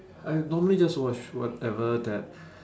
I normally just watch whatever that